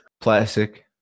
Plastic